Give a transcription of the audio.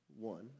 one